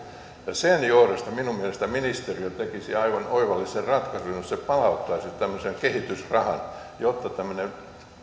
sen johdosta minun mielestäni ministeriö tekisi aivan oivallisen ratkaisun jos se palauttaisi tämmöisen kehitysrahan jotta tämmöinen